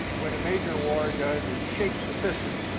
what a major war does is shake the system.